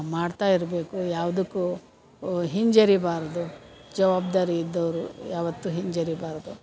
ಮಾಡ್ತಾ ಇರಬೇಕು ಯಾವ್ದಕ್ಕೂ ಹಿಂಜರಿಬಾರದು ಜವಾಬ್ದಾರಿ ಇದ್ದೋರು ಯಾವತ್ತೂ ಹಿಂಜರಿಬಾರದು